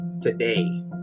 today